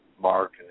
Mark